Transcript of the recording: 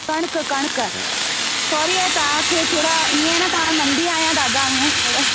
कणिक कणिक सॉरी ऐं तव्हांखे थोरा इअं न तव्हां नंढी आहियां दादा इअं थोरो